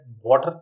water